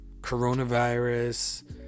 coronavirus